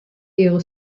ihre